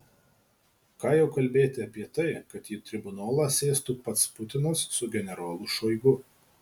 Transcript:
ką jau kalbėti apie tai kad į tribunolą sėstų pats putinas su generolu šoigu